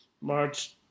March